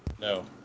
No